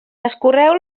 escorreu